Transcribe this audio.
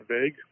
vague